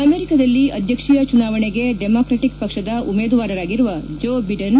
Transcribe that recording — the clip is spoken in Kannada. ಅಮೆರಿಕದಲ್ಲಿ ಅಧ್ಯಕ್ಷೀಯ ಚುನಾವಣೆಗೆ ಡೆಮ್ರಕೆಟಿಕ್ ಪಕ್ಷದ ಉಮೇದುವಾರರಾಗಿರುವ ಜೋ ಬಿಡನ್